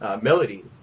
Melody